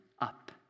up